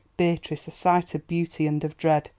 beatrice, a sight of beauty and of dread.